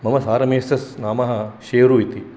मम सारमेयस्य नामः शेरु इति